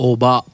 Oba